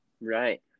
Right